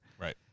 Right